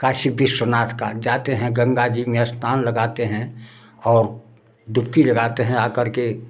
काशी विश्वनाथ का जाते हैं गंगा जी में स्नान लगाते हैं और डूबकी लगाते हैं आ कर के